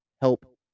help